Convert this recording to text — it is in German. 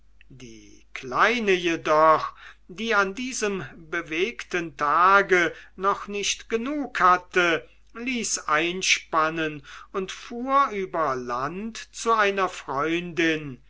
die kleine jedoch die an diesem bewegten tage noch nicht genug hatte ließ einspannen und fuhr über land zu einer freundin